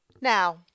now